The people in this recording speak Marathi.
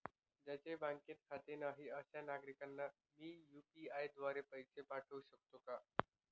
ज्यांचे बँकेत खाते नाही अशा नागरीकांना मी यू.पी.आय द्वारे पैसे पाठवू शकतो का?